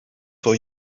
for